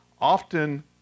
often